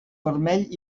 vermell